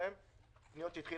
בהן התחיל